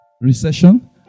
recession